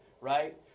right